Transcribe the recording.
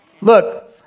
look